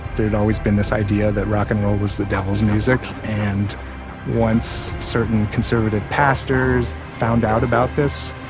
there had always been this idea that rock and roll was the devil's music and once certain conservative pastors. found out about this,